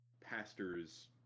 pastor's